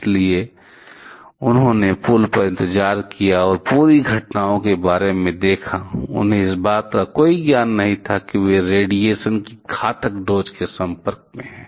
इसलिए उन्होंने पुल पर इंतजार किया और पूरी घटनाओं के बारे में देखा उन्हें इस बात का कोई ज्ञान नहीं था कि वे रेडिएशन की घातक डोज़ के संपर्क में हैं